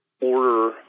order